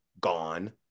gone